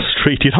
Street